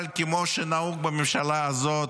אבל כמו שנהוג בממשלה הזאת,